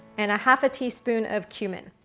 and a half a teaspoon of cumin.